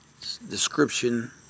description